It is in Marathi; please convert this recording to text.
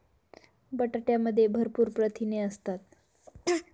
बटाट्यामध्ये भरपूर प्रथिने असतात